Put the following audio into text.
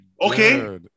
Okay